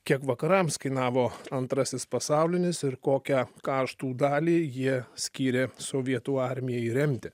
kiek vakarams kainavo antrasis pasaulinis ir kokią kaštų dalį jie skyrė sovietų armijai remti